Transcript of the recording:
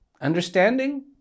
Understanding